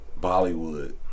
Bollywood